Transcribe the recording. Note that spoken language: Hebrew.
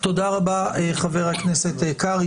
תודה רבה, חבר הכנסת קרעי.